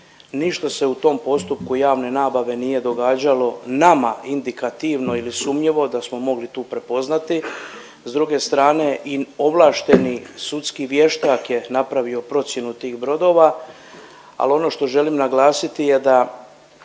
Ništa se u tom postupku javne nabave nije događalo nama indikativno ili sumnjivo da smo mogli tu prepoznati. S druge strane i ovlašteni sudski vještak je napravio procjenu tih brodova, ali ono što želim naglasiti da